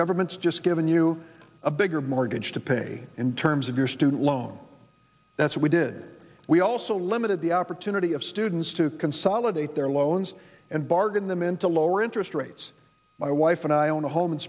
government's just given you a bigger mortgage to pay in terms of your student loan that's we did we also limited the opportunity of students to consolidate their loans and bargain them into lower interest rates my wife and i own a home